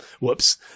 whoops